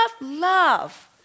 love